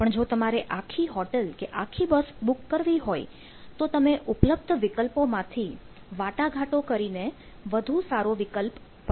પણ જો તમારે આખી હોટેલ કે આખી બસ બુક કરવી હોય તો તમે ઉપલબ્ધ વિકલ્પોમાંથી વાટાઘાટો કરીને વધુ સારો વિકલ્પ પસંદ કરશો